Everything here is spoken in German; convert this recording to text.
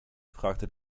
fragte